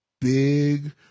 big